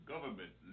Government